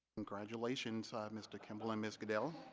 congratulations mr. kimball and ms gadell.